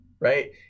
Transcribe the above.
right